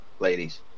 ladies